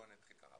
בוא אני אתחיל ככה,